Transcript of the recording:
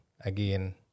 again